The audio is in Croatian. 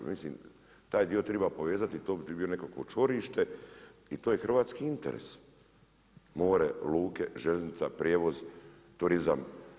Mislim taj dio triba povezati, to bi bilo nekakvo čvorište i to je hrvatski interes – more, luke, željeznica, prijevoz, turizam.